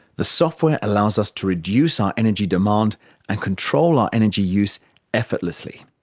the software allows us to reduce our energy demand and control our energy use effortlessly.